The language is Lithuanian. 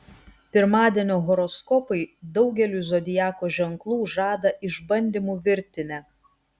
pirmadienio horoskopai daugeliui zodiako ženklų žada išbandymų virtinę